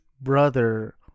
brother